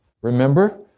Remember